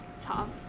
tough